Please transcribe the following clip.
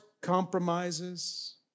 compromises